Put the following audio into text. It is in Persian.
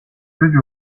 همیشه